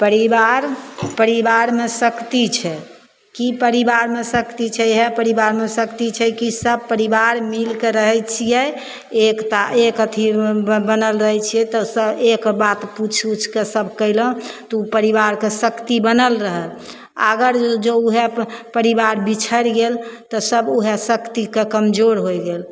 परिवार परिवारमे शक्ति छै कि परिवारमे शक्ति छै इएह परिवारमे शक्ति छै कि सब परिवार मिलिके रहै छिए एकता एक अथीमे बनल रहै छिए तऽ एक बात पुछि उछिके सब कएलहुँ तऽ ओ परिवारके शक्ति बनल रहल आओर अगर जो वएह परिवार बिछड़ि गेल तऽ सब वएह शक्तिके कमजोर होइ गेल